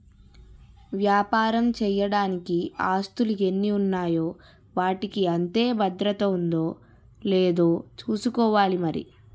వ్యాపారం చెయ్యడానికి ఆస్తులు ఎన్ని ఉన్నాయో వాటికి అంతే భద్రత ఉందో లేదో చూసుకోవాలి మరి